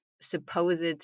supposed